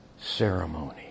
ceremony